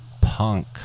Punk